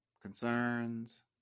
concerns